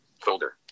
folder